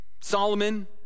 Solomon